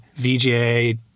VGA